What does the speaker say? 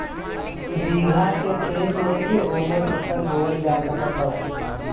बीघा के खेत लेके ओमे फसल बोअल जात हौ